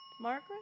Margaret